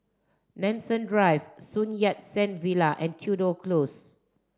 Nanson Drive Sun Yat Sen Villa and Tudor Close